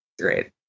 Great